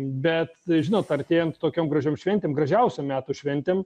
bet žinot artėjant tokiom gražiom šventėm gražiausiom metų šventėm